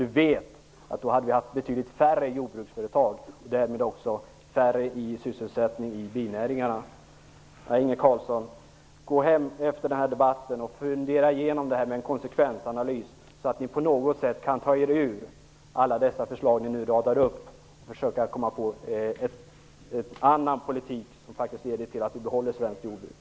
Han vet att vi då hade haft betydligt färre jordbruksföretag och därmed också färre i sysselsättning i binäringarna. Gå hem efter debatten, Inge Carlsson, och fundera igenom frågan om konsekvensanalys, så att ni på något sätt kan ta er ur alla förslag ni nu radar upp! Försök komma på en annan politik som faktiskt leder till att vi behåller svenskt jordbruk!